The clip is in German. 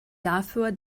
dafür